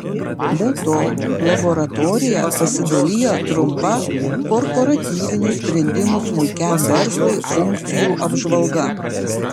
be to laboratorija pasidalijo trumpa korporatyvinių sprendimų smulkiam verslui funkcijų apžvalga